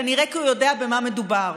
כנראה כי הוא יודע במה מדובר.